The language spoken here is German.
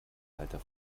alter